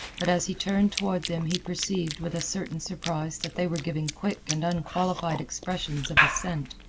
but as he turned toward them he perceived with a certain surprise that they were giving quick and unqualified expressions of assent.